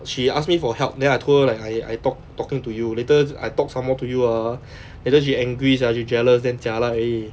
she ask me for help then I told her like I I talk talking to you later I talk some more to you ah later she angry sia she jealous then jialat already